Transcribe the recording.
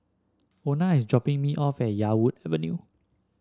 Ona is dropping me off at Yarwood Avenue